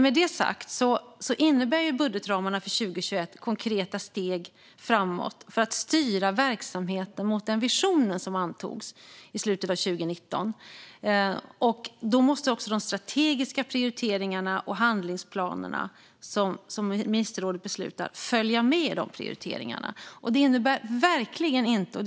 Med detta sagt innebär budgetramarna för 2021 konkreta steg framåt för att styra verksamheten mot den vision som antogs i slutet av 2019. Då måste också de strategiska prioriteringarna och handlingsplanerna som ministerrådet beslutar om följa med i fråga om dessa prioriteringar.